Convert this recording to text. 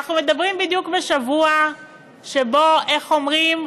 ואנחנו מדברים בדיוק בשבוע שבו, איך אומרים,